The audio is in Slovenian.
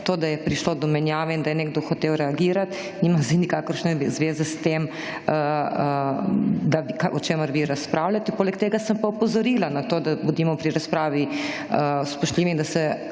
to da je prišlo do menjave, in da je nekdo hotel reagirati, nima zdaj nikakršne zveze s tem o čemer vi razpravljate, poleg tega sem pa opozorila na to, da bodimo pri razpravi spoštljivi, in da se